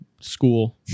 school